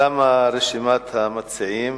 תמה רשימת המציעים.